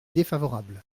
défavorable